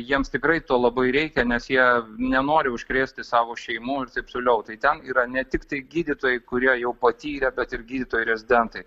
jiems tikrai to labai reikia nes jie nenori užkrėsti savo šeimų ir taip toliau tai ten yra ne tiktai gydytojai kurie jau patyrę bet ir gydytojai rezidentai